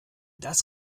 das